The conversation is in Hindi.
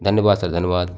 धन्यवाद सर धन्यवाद